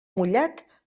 mullat